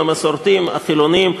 מסורתיים וחילונים.